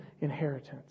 inheritance